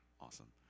Awesome